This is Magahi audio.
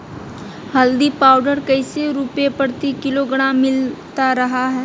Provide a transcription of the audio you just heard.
हल्दी पाउडर कैसे रुपए प्रति किलोग्राम मिलता रहा है?